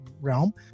realm